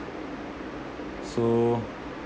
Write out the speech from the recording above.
so